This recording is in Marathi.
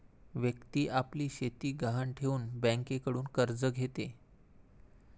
व्यक्ती आपली शेती गहाण ठेवून बँकेकडून कर्ज घेते